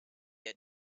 had